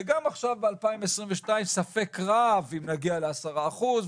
וגם עכשיו ב-2022 ספק רב אם נגיע לעשרה אחוזים,